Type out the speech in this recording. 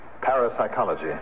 Parapsychology